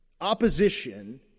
opposition